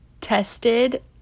tested